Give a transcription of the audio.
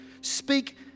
Speak